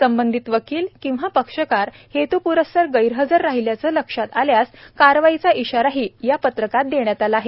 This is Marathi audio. संबंधित वकील किंवा पक्षकार हेतुपुरस्सर गैरहजर राहिल्याचं लक्षात आल्यास कारवाईचा इशाराही या पत्रकात देण्यात आला आहे